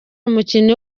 umukinnyi